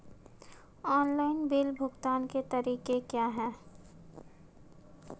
Online bill भुगतान के तरीके क्या हैं?